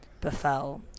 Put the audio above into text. befell